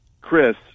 Chris